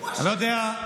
אני לא יודע,